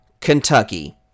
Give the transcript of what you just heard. Kentucky